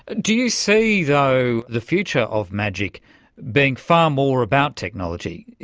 ah do you see though the future of magic being far more about technology?